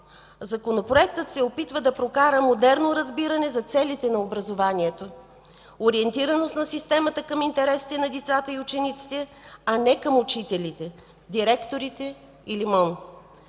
законопроектът се опитва да прокара модерно разбиране за целите на образованието, ориентираност на системата към интересите на децата и учениците, а не към учителите, директорите или МОН.